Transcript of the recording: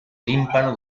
tímpano